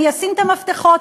אני אשים את המפתחות.